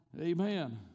amen